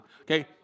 Okay